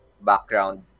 background